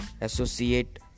Associate